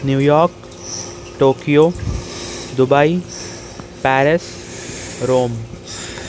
New York Tokyo Dubai Paris Rome